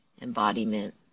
embodiment